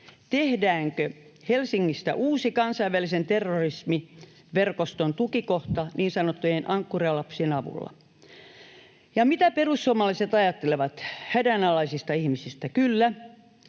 Tehdäänkö Helsingistä uusi kansainvälisen terroristiverkoston tukikohta niin sanottujen ankkurilapsien avulla? Ja mitä perussuomalaiset ajattelevat hädänalaisista ihmisistä? Kyllä,